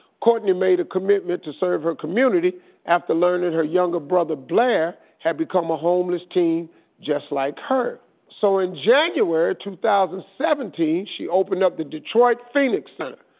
courtney made a commitment to serve her community after learning her younger brother blair, had become a homeless teen just like her. so, in january two thousand and seventeen, she opened up the detroit phoenix center.